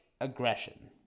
aggression